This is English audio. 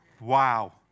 Wow